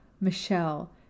Michelle